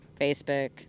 facebook